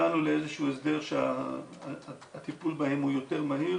הגענו לאיזשהו הסדר שהטיפול בהם הוא יותר מהיר,